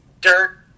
dirt